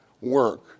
work